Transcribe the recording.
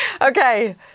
Okay